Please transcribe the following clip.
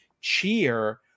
cheer